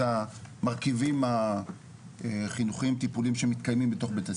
המרכיבים החינוכיים-טיפוליים שמתקיימים בתוך בית-הספר.